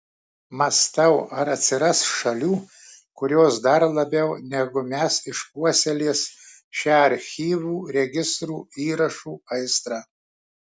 mąstau ar atsiras šalių kurios dar labiau negu mes išpuoselės šią archyvų registrų įrašų aistrą